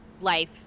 life